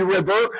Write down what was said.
River